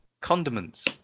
Condiments